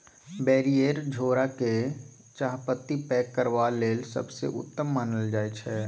barrier झोरा केँ चाहपत्ती पैक करबा लेल सबसँ उत्तम मानल जाइ छै